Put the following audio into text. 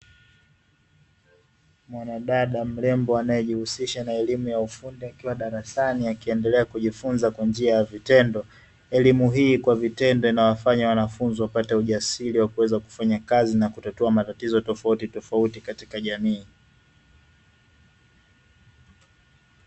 Mwanadada mrembo anayejihusisha na elimu ya ufundi akiwa darasani akiendelea kujifunza kwa njia ya vitendo. Elimu hii kwa vitendo inawafanya wanafunzi wapate ujasiri wa kuweza kufaya kazi na kutatua matatizo tofautitofauti katika jamii.